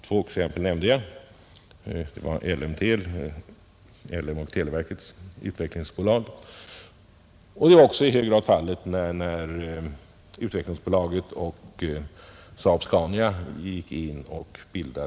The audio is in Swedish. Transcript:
Två exempel nämnde jag — det var ELLEMTEL, LM Ericssons och televerkets utvecklingsbolag, och Stansaab, som bildades genom samgående mellan Svenska utvecklings AB, SAAB-Scania och Standard Radio.